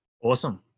Awesome